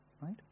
Right